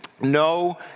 no